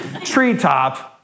treetop